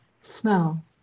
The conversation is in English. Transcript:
smell